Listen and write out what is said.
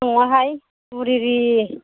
नङाहाय बुरि रि